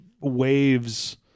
waves